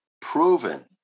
proven